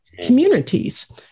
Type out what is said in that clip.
communities